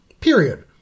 Period